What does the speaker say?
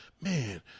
man